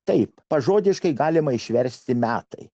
taip pažodiškai galima išversti metai